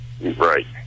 Right